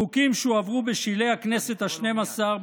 חוקים שהועברו בשלהי הכנסת השתים-עשרה,